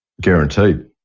guaranteed